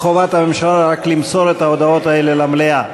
חובת הממשלה רק למסור את ההודעות האלה למליאה.